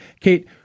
kate